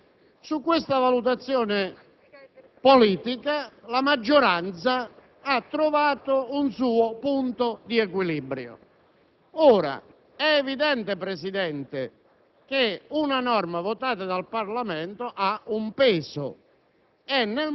la valutazione politica che abbiamo fatto è quella di applicare questa norma con il Governo successivo a quello attualmente in carica.